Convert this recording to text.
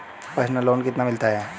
Personal loan कितना मिलता है?